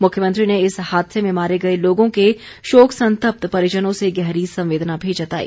मुख्यमंत्री ने इस हादसे में मारे गए लोगों के शोक संतप्त परिजनों से गहरी संवेदना भी जताई